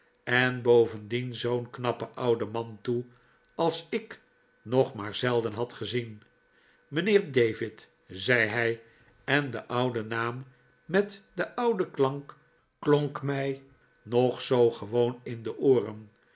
en bovendien zoo'n knappe oude man toe als ik nog maar zelden had gezien mijnheer david zei hij en de oude naam met den ouden klank klonk mij nog zoo gewoon in de ooren